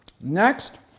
Next